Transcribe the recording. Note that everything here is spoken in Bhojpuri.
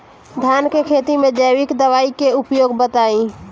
धान के खेती में जैविक दवाई के उपयोग बताइए?